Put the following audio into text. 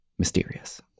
mysterious